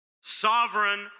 Sovereign